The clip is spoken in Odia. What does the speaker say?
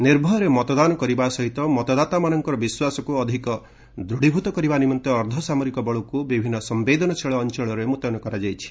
ନିର୍ଭୟରେ ମତଦାନ କରିବା ସହିତ ମତଦାତାମାନଙ୍କର ବିଶ୍ୱାସକୁ ଦୃଢ଼ୀଭୂତ କରିବା ନିମନ୍ତେ ଅର୍ଦ୍ଧସାମରିକ ବଳକୁ ବିଭିନ୍ନ ସମ୍ଭେଦନଶୀଳ ଅଞ୍ଚଳରେ ମୁତୟନ କରାଯାଇଛି